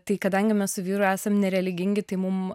tai kadangi mes su vyru esam nereligingi tai mum